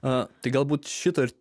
o tai galbūt šito ir